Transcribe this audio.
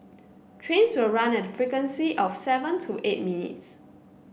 trains will run at a frequency of seven to eight minutes